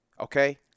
okay